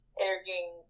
interviewing